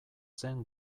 zen